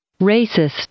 racist